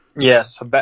Yes